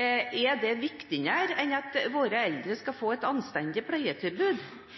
Er det viktigere enn at våre eldre skal få et anstendig pleietilbud?